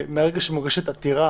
ביקשנו שאתה תעלה,